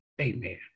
Amen